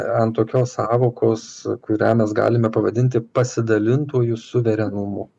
ant tokios sąvokos kurią mes galime pavadinti pasidalintųjų suverenumu